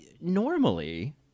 normally